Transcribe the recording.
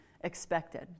expected